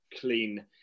clean